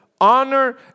honor